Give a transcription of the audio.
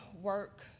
work